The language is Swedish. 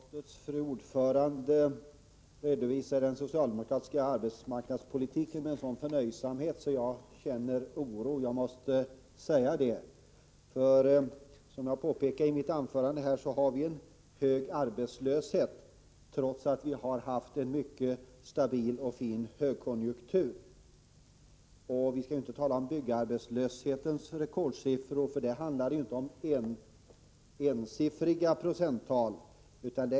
Herr talman! Utskottets fru ordförande redovisar den socialdemokratiska arbetsmarknadspolitiken med en sådan förnöjsamhet att jag känner oro— jag måste säga det. Som jag påpekade i mitt anförande har vi en mycket hög arbetslöshet trots att vi haft en mycket stabil högkonjunktur. Och vi skall inte tala om byggarbetslöshetens rekordsiffror, för där handlar det de inte om ensiffriga procenttal.